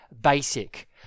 basic